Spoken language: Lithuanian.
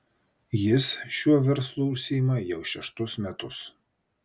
jis šiuo verslu užsiima jau šeštus metus